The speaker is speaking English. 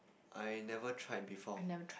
I never tried before